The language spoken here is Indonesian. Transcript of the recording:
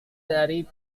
dari